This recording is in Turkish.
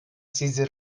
sizi